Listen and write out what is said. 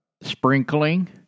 sprinkling